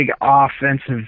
offensive